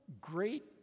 great